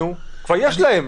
כבר יש להם.